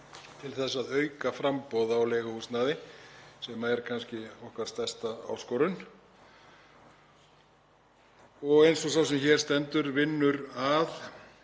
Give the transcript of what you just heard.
til þess að auka framboð á leiguhúsnæði, sem er kannski okkar stærsta áskorun, eins og sá sem hér stendur vinnur að